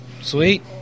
Sweet